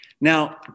Now